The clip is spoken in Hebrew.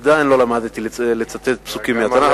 עדיין לא למדתי לצטט פסוקים מהתנ"ך,